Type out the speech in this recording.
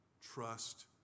trust